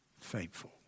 faithful